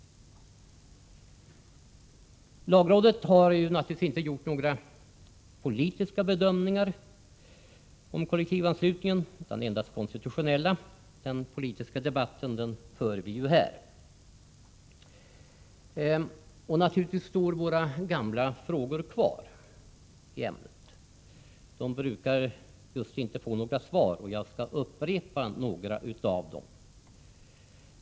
Lagrådet har naturligtvis inte gjort några politiska bedömningar om kollektivanslutningen utan endast konstitutionella. Den politiska debatten för vi här i kammaren. Naturligtvis står våra gamla frågor i ämnet kvar. De brukar inte få några svar. Och jag skall upprepa några av dem.